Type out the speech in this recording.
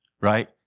right